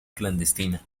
clandestina